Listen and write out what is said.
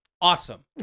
awesome